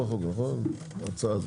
לא, לא, עזוב.